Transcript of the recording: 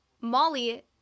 Molly